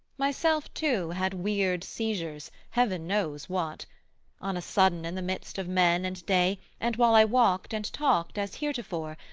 myself too had weird seizures, heaven knows what on a sudden in the midst of men and day, and while i walked and talked as heretofore,